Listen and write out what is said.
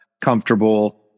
comfortable